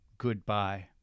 Goodbye